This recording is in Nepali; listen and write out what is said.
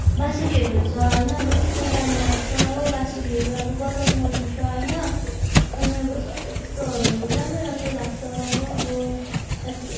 बाँसुरीहरू हुन्छ होइन अब त्यही राम्रो लाग्छ हो बाँसुरीहरू अब बजाउनु मनपर्छ होइन अनि अब सबै त्यस्तोहरू राम्रो राम्रो लाग्छ हो अब